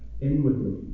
Inwardly